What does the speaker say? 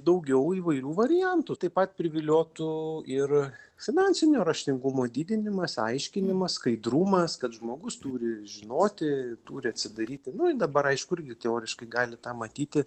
daugiau įvairių variantų taip pat priviliotų ir finansinio raštingumo didinimas aiškinimas skaidrumas kad žmogus turi žinoti turi atsidaryti nu ir dabar aišku irgi teoriškai gali tą matyti